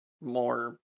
more